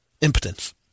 impotence